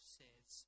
says